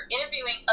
interviewing